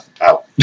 out